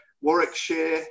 Warwickshire